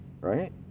right